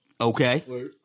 Okay